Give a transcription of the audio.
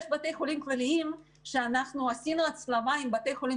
יש בתי חולים כלליים שבהם עשינו הצלבה עם בתי חולים